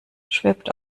schwebt